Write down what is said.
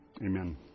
Amen